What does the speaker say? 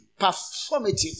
performative